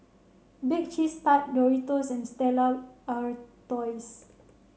Bake Cheese Tart Doritos and Stella Artois